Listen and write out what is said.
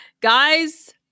guys